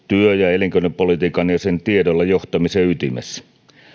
työ ja elinkeinopolitiikan ja sen tiedolla johtamisen ytimessä